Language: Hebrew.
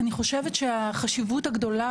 אני חושבת שהחשיבות הגדולה,